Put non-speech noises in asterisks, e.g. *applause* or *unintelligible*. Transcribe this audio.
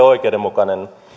*unintelligible* oikeudenmukainen